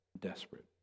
desperate